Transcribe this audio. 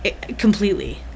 completely